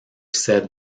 said